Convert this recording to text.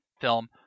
film